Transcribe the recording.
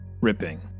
ripping